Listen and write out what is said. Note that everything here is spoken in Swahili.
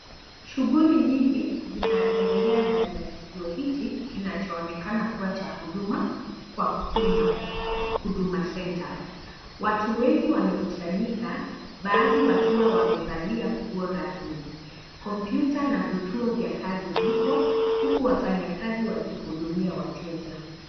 Shughuli nyingi zinaendelea ndani ya kituo hichi, kinachoonekana cha huduma kwa umma, Huduma Center. Watu wengi wamekusanyika, baadhi wakiwa wamevalia nguo rasmi. Komputa na vituo vya kazi vipo, huku wafanyakazi wakihudumia wateja.